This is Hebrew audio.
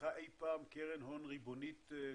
נפתחה אי פעם קרן הון ריבונית שכזו?